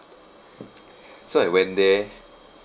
so I went there